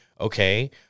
okay